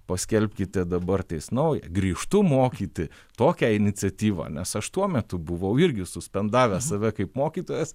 paskelbkite dabar tais naują grįžtu mokyti tokią iniciatyvą nes aš tuo metu buvau irgi suspendavęs save kaip mokytojas